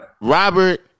Robert